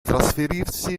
trasferirsi